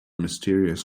mysterious